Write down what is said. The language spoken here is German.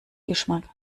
geschmack